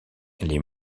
les